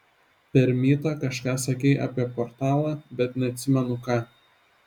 per mytą kažką sakei apie portalą bet neatsimenu ką